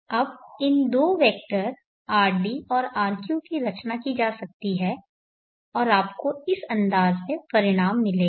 अब इन दो वेक्टर rd और rq की रचना की जा सकती है और आपको इस अंदाज में परिणाम मिलेगा